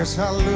hell